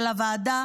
הזה.